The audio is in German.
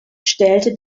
stellte